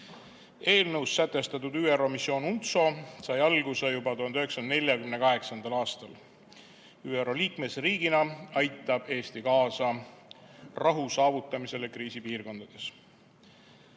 Eelnõus sätestatud ÜRO missioon UNTSO sai alguse juba 1948. aastal. ÜRO liikmesriigina aitab Eesti kaasa rahu saavutamisele kriisipiirkondades.